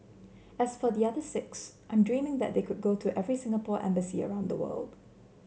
as for the other six I'm dreaming that could go to every Singapore embassy around the world